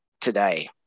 today